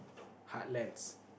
hard lens